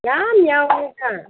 ꯌꯥꯝ ꯌꯥꯎꯋꯦꯗ